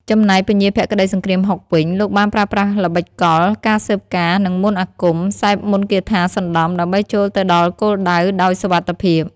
ចំណែកពញាភក្តីសង្គ្រាមហុក វិញ លោកបានប្រើប្រាស់ល្បិចកល ការស៊ើបការណ៍ និងមន្តអាគម (សែកមន្តគាថាសណ្តំ) ដើម្បីចូលទៅដល់គោលដៅដោយសុវត្ថិភាព។